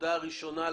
כנקודה ראשונה לחייב: